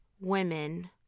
women